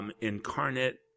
Incarnate